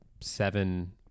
seven